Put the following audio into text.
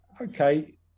okay